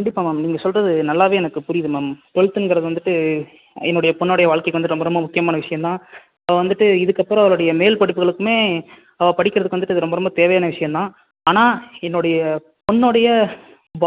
கண்டிப்பாக மேம் நீங்கள் சொல்கிறது நல்லாவே எனக்கு புரியுது மேம் ட்வெல்த்துங்கிறது வந்துட்டு என்னுடைய பொண்ணுடைய வாழ்க்கைக்கு வந்து ரொம்ப ரொம்ப முக்கியமான விஷயந்தான் ஸோ வந்துட்டு இதுக்கப்புறம் அவளுடைய மேல்படிப்புகளுக்குமே அவள் படிக்கிறதுக்கு வந்துட்டு இது ரொம்ப ரொம்ப தேவையான விஷயந்தான் ஆனால் என்னுடைய பொண்ணுடைய